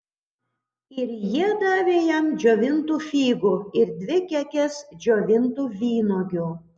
ir jie davė jam džiovintų figų ir dvi kekes džiovintų vynuogių